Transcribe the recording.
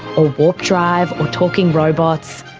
ah warp drive or talking robots,